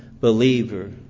believer